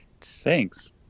Thanks